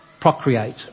procreate